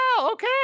okay